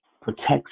protects